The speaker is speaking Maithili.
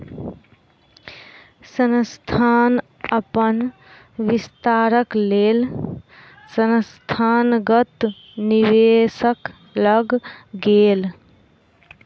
संस्थान अपन विस्तारक लेल संस्थागत निवेशक लग गेल